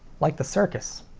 like the circus!